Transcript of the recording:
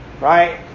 Right